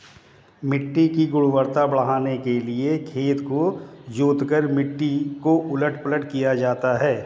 मिट्टी की गुणवत्ता बढ़ाने के लिए खेत को जोतकर मिट्टी को उलट पलट दिया जाता है